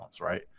right